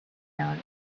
town